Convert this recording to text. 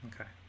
Okay